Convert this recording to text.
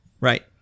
Right